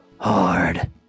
hard